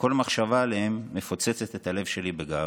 שכל מחשבה עליהם מפוצצת את הלב שלי בגאווה.